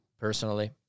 Personally